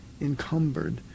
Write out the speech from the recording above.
encumbered